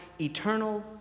eternal